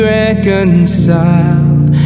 reconciled